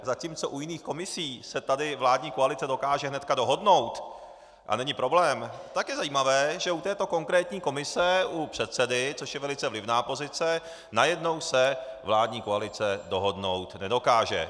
Zatímco u jiných komisí se tady vládní koalice dokáže hned dohodnout a není problém, tak je zajímavé, že u této konkrétní komise, u předsedy, což je velice vlivná pozice, se najednou vládní koalice dohodnout nedokáže.